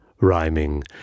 rhyming